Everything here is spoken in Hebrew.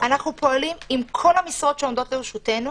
אנחנו פועלים עם כל המשרות שעובדות לרשותנו.